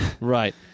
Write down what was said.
right